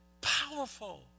powerful